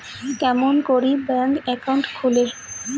কেমন করি bank account খুলে?